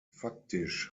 faktisch